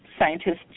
Scientists